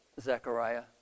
Zechariah